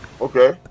Okay